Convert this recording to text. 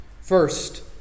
First